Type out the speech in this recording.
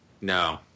No